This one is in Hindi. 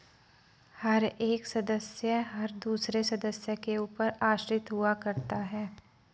हर एक सदस्य हर दूसरे सदस्य के ऊपर आश्रित हुआ करता है